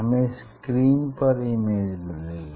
हमें स्क्रीन पर इमेज मिलेगी